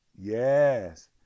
yes